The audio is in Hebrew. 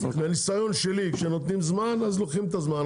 מהניסיון שלי כשנותנים זמן אז לוקחים את הזמן.